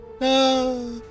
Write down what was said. No